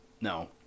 No